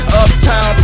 uptown